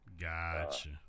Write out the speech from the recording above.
Gotcha